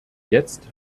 jetzt